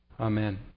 amen